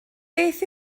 beth